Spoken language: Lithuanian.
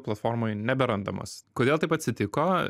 platformoje neberandamas kodėl taip atsitiko